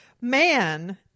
man